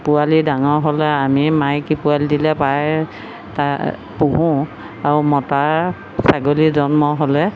পোৱালি ডাঙৰ হ'লে আমি মাইকী পোৱালি দিলে প্ৰায় তাক পোহোঁ আৰু মতা ছাগলী জন্ম হ'লে